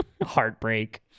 Heartbreak